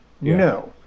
No